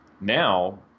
Now